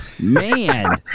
man